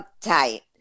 tight